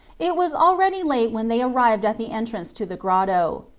it was already late when they arrived at the entrance to the grotto.